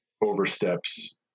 oversteps